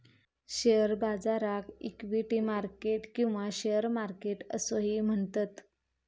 share बाजाराक equity market किंवा share market असोही म्हणतत